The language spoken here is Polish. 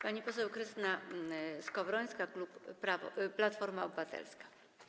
Pani poseł Krystyna Skowrońska, klub Platforma Obywatelska.